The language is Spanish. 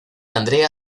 andrea